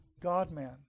God-man